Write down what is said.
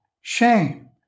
shame